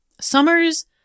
Summer's